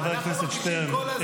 חבר הכנסת שטרן,